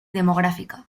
demográfica